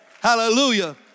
Hallelujah